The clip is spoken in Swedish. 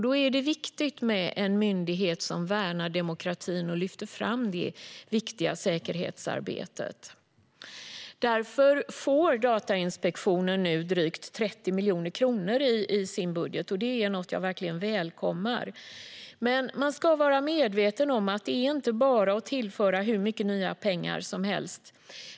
Då är det viktigt med en myndighet som värnar demokratin och lyfter fram det viktiga säkerhetsarbetet. Därför får Datainspektionen nu drygt 30 miljoner kronor i sin budget, och det är något jag verkligen välkomnar. Man ska dock vara medveten om att det inte bara är att tillföra hur mycket nya pengar som helst.